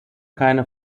keine